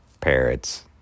parrots